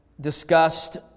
discussed